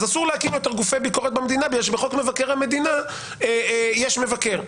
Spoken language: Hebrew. אז אסור להקים יותר גופי ביקורת במדינה כי בחוק מבקר המדינה יש מבקר.